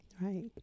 right